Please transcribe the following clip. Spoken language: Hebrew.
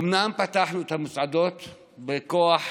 אומנם פתחנו את המסעדות בכוח